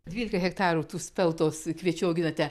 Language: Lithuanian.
dvylika hektarų tų speltos kviečių auginate